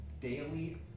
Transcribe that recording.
daily